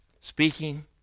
speaking